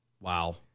Wow